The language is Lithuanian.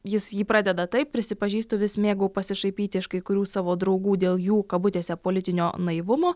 jis jį pradeda taip prisipažįstu vis mėgau pasišaipyti iš kai kurių savo draugų dėl jų kabutėse politinio naivumo